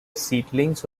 seedlings